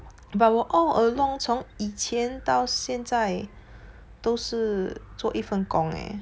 but 我 all along 从以前到现在都是做一份工哦